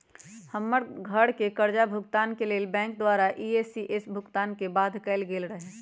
हमर घरके करजा भूगतान के लेल बैंक द्वारा इ.सी.एस भुगतान के बाध्य कएल गेल रहै